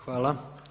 Hvala.